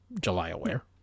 July-aware